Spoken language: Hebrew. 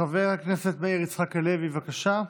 חבר הכנסת מאיר יצחק הלוי, בבקשה.